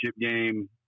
game